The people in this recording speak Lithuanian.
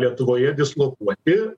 lietuvoje dislokuoti